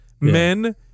Men